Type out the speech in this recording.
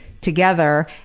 together